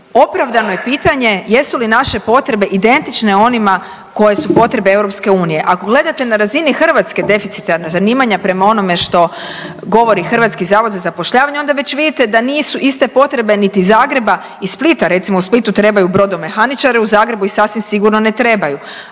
opravdano je pitanje jesu li naše potrebe identične onima koje su potrebe EU. Ako gledate na razini Hrvatske deficitarna zanima prema onome što govori HZZ onda već vidite da nisu iste potrebe niti Zagreba i Splita. Recimo u Splitu trebaju brodomehaničare, u Zagrebu ih sasvim sigurno ne trebaju.